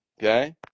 okay